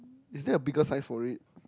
is there a bigger size for it